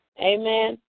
Amen